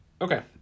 Okay